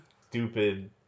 Stupid